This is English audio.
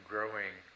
growing